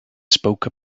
spoke